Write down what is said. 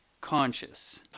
conscious